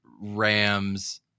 Rams